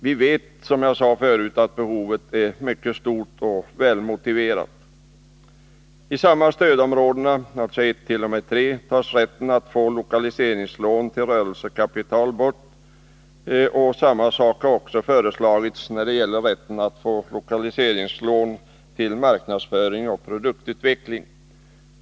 Vi vet, som jag sade förut, att behovet är mycket stort och välmotiverat. I samma stödområden, 1-3, tas rätten att få lokaliseringslån till rörélsekapital bort. Samma sak har också föreslagits när det gäller rätten att få lokaliseringslån till marknadsföring och produktutveckling.